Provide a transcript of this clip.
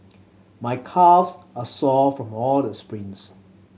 my calves are sore from all the sprints